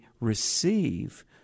receive